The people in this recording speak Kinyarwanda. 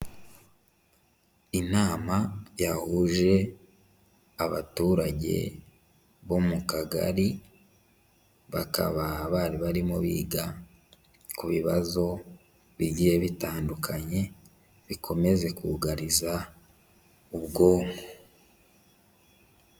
Inama yahuje abaturage bo mu kagari, bakaba bari barimo biga ku bibazo bigiye bitandukanye bikomeje kugariza ubwo.